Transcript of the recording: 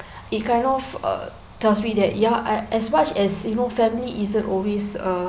it kind of uh tells me that ya as as much as you know family isn't always err